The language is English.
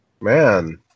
Man